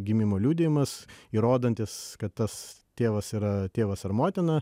gimimo liudijimas įrodantis kad tas tėvas yra tėvas ar motina